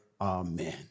Amen